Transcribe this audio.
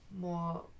more